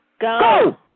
Go